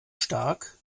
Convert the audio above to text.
stark